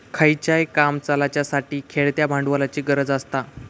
खयचाय काम चलाच्यासाठी खेळत्या भांडवलाची गरज आसता